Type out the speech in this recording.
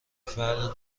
فرق